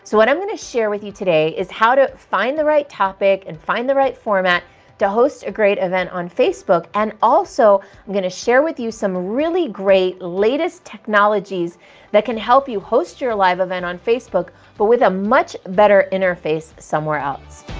what i'm going to share with you today is how to find the right topic and find the right format to host a great event on facebook. and also, i'm going to share with you some really great latest technologies that can help you host your live event on facebook but with a much better interface somewhere else.